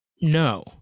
No